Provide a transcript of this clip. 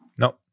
No